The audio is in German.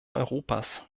europas